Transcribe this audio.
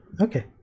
okay